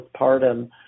postpartum